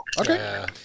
Okay